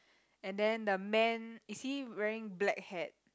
and then the man is he wearing black hat